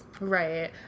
Right